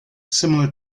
similar